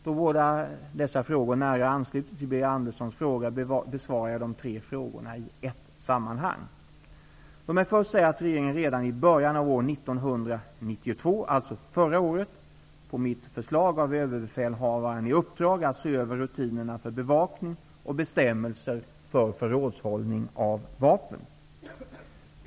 Då båda dessa frågor nära ansluter till Birger Anderssons fråga besvarar jag de tre frågorna i ett sammanhang. Låt mig först säga att regeringen redan i början av år 1992, dvs. förra året, på mitt förslag gav Överbefälhavaren i uppdrag att se över rutinerna för bevakning och bestämmelser för förrådshållning av vapen.